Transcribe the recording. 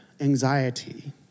anxiety